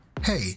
hey